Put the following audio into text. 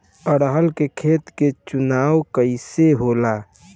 अरहर के खेत के चुनाव कइसे होला?